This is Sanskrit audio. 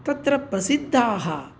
तत्र प्रसिद्धाः